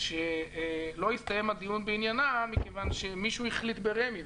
שלא הסתיים הדיון בעניינה מכיוון שמישהו החליט ברמ"י,